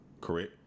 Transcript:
Correct